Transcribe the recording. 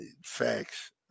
facts